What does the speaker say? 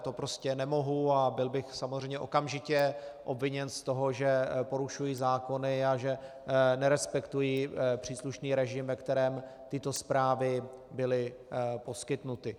To prostě nemohu a byl bych samozřejmě okamžitě obviněn z toho, že porušuji zákony a že nerespektuji příslušný režim, ve kterém tyto zprávy byly poskytnuty.